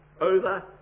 over